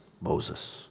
Moses